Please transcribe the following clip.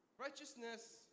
righteousness